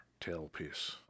tailpiece